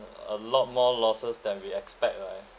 a lot more losses than we expect right